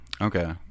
okay